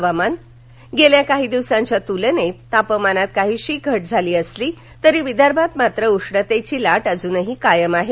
हवामान गेल्या काही दिवसांच्या तुलनेत तापमानात काहीशी घट झाली असली तरी विदर्भात मात्र उष्णतेची लाट अजूनही आहे